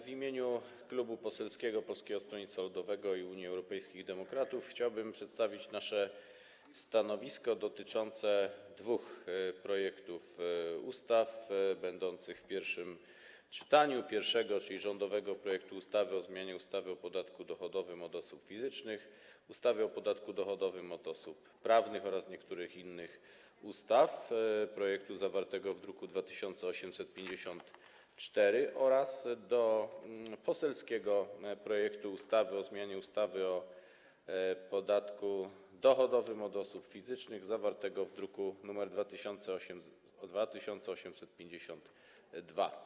W imieniu klubu Poselskiego Polskiego Stronnictwa Ludowego - Unii Europejskich Demokratów chciałbym przedstawić nasze stanowisko w sprawie dwóch projektów ustaw będących w pierwszym czytaniu: czyli rządowego projektu ustawy o zmianie ustawy o podatku dochodowym od osób fizycznych, ustawy o podatku dochodowym od osób prawnych oraz niektórych innych ustaw, zawartego w druku nr 2854, oraz poselskiego projektu ustawy o zmianie ustawy o podatku dochodowym od osób fizycznych, zawartego w druku nr 2852.